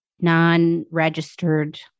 non-registered